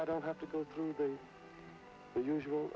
now don't have to go through the usual